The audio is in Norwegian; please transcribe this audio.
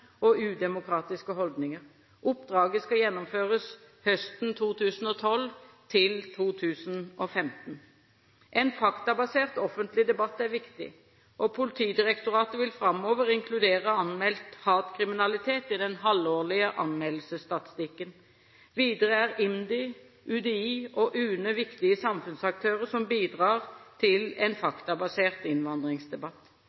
og udemokratiske holdninger. Oppdraget skal gjennomføres høsten 2012 til 2015. En faktabasert offentlig debatt er viktig. Politidirektoratet vil framover inkludere anmeldt hatkriminalitet i den halvårlige anmeldelsesstatistikken. Videre er Integrerings- og mangfoldsdirektoratet, IMDi, UDI og UNE viktige samfunnsaktører som bidrar til en